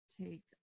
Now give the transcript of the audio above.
take